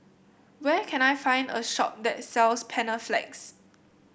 where can I find a shop that sells Panaflex